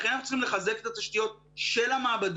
לכן אנחנו צריכים לחזק את התשתיות של המעבדות,